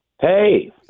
Hey